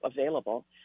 available